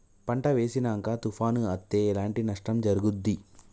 పంట వేసినంక తుఫాను అత్తే ఎట్లాంటి నష్టం జరుగుద్ది?